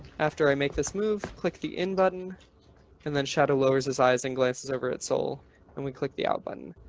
after i make this move, click the in button and then shadow lowers her eyes and gazes over at soul and we click the ah button.